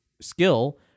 skill